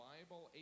Bible